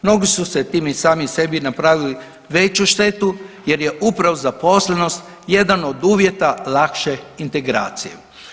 Mnogi su si time i sami sebi napravili veću štetu jer je upravo zaposlenost jedan od uvjeta lakše integracije.